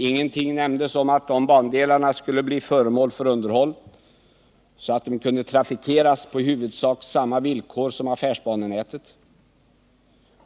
Ingenting nämndes då om att dessa bandelar skulle bli föremål för underhåll, så att de kunde trafikeras på i huvudsak samma villkor som affärsbanenätet.